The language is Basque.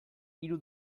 hiru